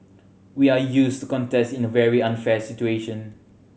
we are used to contest in a very unfair situation